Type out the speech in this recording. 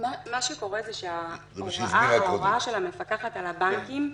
--- מה שקורה, שההוראה של המפקחת על הבנקים,